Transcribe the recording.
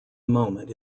moment